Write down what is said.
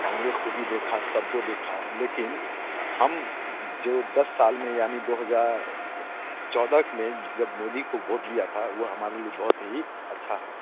काँग्रेस को भी देखा सबको देखा लेकिन हम जो दस साल में यानि दो हज़ार चौदह में जब मोदी को भोट दिया था वो हमारे लिए बहुत ही अच्छा है